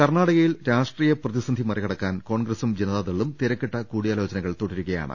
കർണ്ണാടകയിൽ രാഷ്ട്രീയ പ്രതിസന്ധി മറികടക്കാൻ കോൺഗ്രസ്സും ജനതാദളും തിരക്കിട്ട കൂടിയാലോചനകൾ തുടരുകയാണ്